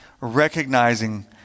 recognizing